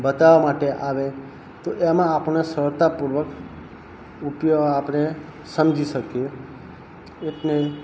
બતાવવા માટે આવે તો એમાં આપણને સરળતાપૂર્વક ઉપયોગ આપણે સમજી શકીએ એટલે